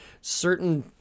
certain